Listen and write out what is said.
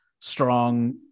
strong